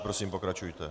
Prosím, pokračujte.